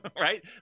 right